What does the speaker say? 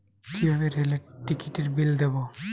কিভাবে রেলের টিকিটের বিল দেবো?